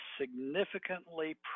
significantly